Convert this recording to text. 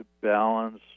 balance